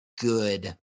good